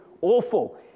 awful